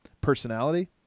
personality